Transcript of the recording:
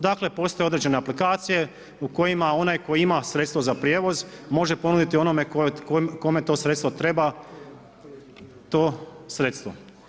Dakle postoje određene aplikacije u kojima onaj koji ima sredstvo za prijevoz može ponuditi onome kome to sredstvo treba, to sredstvo.